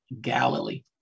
Galilee